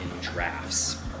drafts